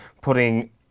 putting